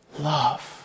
love